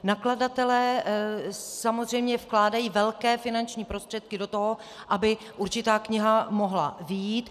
Nakladatelé samozřejmě vkládají velké finanční prostředky do toho, aby určitá kniha mohla vyjít.